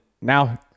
now